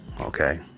okay